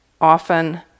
often